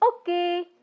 Okay